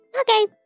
Okay